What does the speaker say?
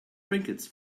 trinkets